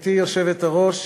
גברתי היושבת-ראש,